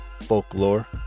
folklore